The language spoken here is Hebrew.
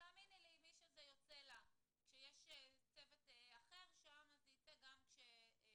תאמיני לי שמי שיוצא לה כשיש מטפלות אחרות אז ייצא לה גם כשאת